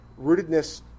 Rootedness